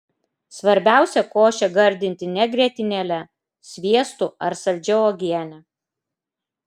svarbiausia košę gardinti ne grietinėle sviestu ar saldžia uogiene